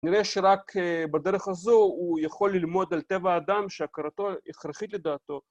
נראה שרק בדרך הזו הוא יכול ללמוד על טבע האדם שהכרתו הכרחית לדעתו.